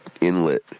inlet